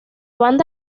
banda